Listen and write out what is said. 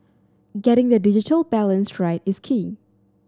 getting the digital balance right is key